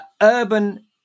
urban